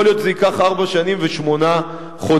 יכול להיות שזה ייקח ארבע שנים ושמונה חודשים.